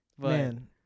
Man